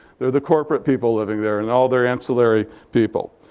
they're the corporate people living there and all their ancillary people.